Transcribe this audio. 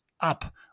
up